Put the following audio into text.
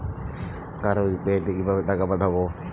কারো ইউ.পি.আই তে কিভাবে টাকা পাঠাবো?